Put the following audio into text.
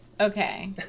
Okay